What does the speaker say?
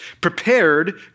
prepared